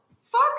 Fuck